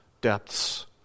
depths